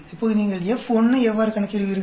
இப்போது நீங்கள் F1 ஐ எவ்வாறு கணக்கிடுவீர்கள்